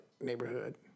neighborhood